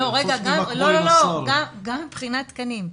לא, גם מבחינת תקנים.